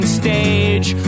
stage